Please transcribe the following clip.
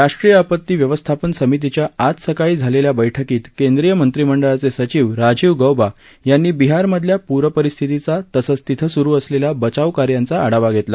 राष्ट्रीय आपत्ती व्यवस्थापन समितीच्या आज सकाळी झालेल्या बैठकीत केंद्रीय मंत्रीमंडळाचे सचिव राजीव गौबा यांनी बिहार मधल्या पूरपरिस्थितीचा तसंच तिथं सुरु असलेल्या बचावकार्यांचा आढावा घेतला